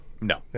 No